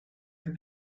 from